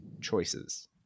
choices